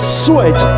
sweat